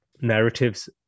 narratives